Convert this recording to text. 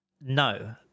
No